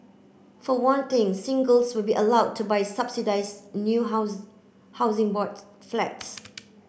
for one thing singles will be allowed to buy subsidised new house Housing Board Flats